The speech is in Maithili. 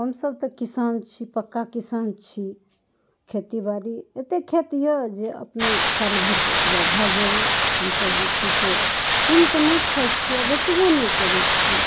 हमसब तऽ किसान छी पक्का किसान छी खेती बारी एते खेत यऽ जे अपना साल भरिके उपजा भए जाइए हमसब जे छै से कीन कऽ नहि खाइ छियै बेचबो नहि करै छी